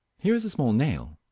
here is a small nail.